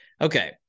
Okay